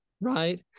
right